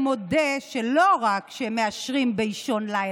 לא כלום, ועכשיו הם באים עם אותו חוק,